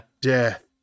death